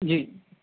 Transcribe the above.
جی